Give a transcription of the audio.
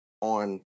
on